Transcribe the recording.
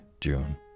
June